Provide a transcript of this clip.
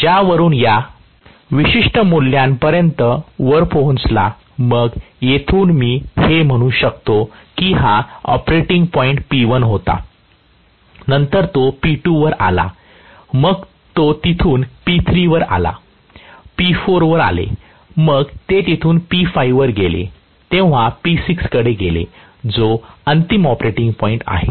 ज्यावरून या विशिष्ट मूल्यापर्यंत वर पोहचला मग येथून मी हे म्हणू शकतो की हा ऑपरेटिंग पॉईंट P1 होता नंतर तो P2 वर आला मग तो तिथून P3 वर आला P4 वर आले मग ते तेथून P5 वर गेले तेव्हां P6 कडे गेले जो अंतिम ऑपरेटिंग पॉईंट आहे